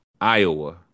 Iowa